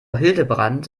hildebrand